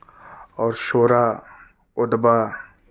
اور شعرا ادبا